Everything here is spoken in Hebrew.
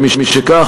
ומשכך,